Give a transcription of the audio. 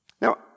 Now